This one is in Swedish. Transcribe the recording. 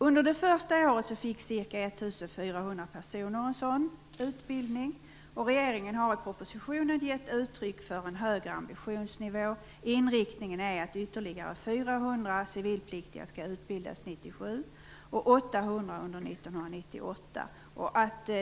Under det första året fick ca 1 400 personer en sådan utbildning. Regeringen ger i propositionen uttryck för en högre ambitionsnivå. Inriktningen är att ytterligare 400 civilpliktiga skall utbildas 1997 och 800 under 1998.